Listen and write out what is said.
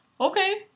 Okay